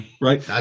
right